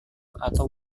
atau